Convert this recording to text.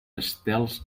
estels